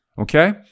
Okay